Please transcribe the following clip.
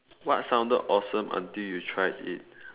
what sounded awesome until you tried it